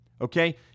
okay